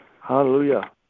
Hallelujah